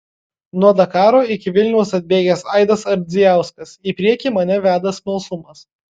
nuo dakaro iki vilniaus atbėgęs aidas ardzijauskas į priekį mane veda smalsumas